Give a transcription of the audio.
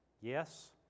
Yes